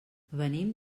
venim